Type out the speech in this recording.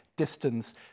distance